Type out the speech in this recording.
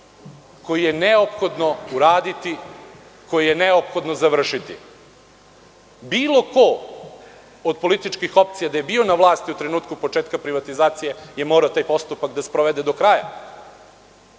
koji je neophodno uraditi, koji je neophodno završiti. Bilo ko od političkih opcija da je bio na vlasti u trenutku početka privatizacije je morao taj postupak da sprovede do kraja,